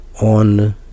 on